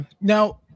Now